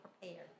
prepared